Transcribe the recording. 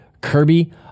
Kirby